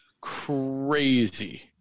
crazy